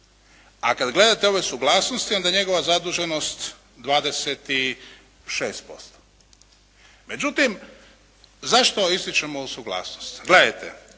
A kada gledate ove suglasnosti onda je njegova zaduženost 26%. Međutim, zašto ističemo suglasnost. Gledajte,